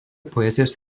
poezijos